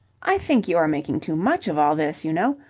i think you are making too much of all this, you know.